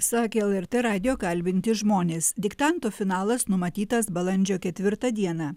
sakė lrt radijo kalbinti žmonės diktanto finalas numatytas balandžio ketvirtą dieną